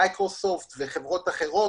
מיקרוסופט וחברות אחרות,